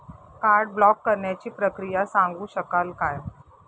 Card block करण्याची प्रक्रिया सांगू शकाल काय?